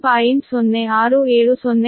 0670067 0